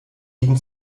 liegen